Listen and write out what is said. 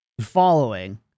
following